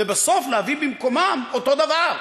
ובסוף להביא במקומם אותו דבר?